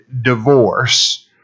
divorce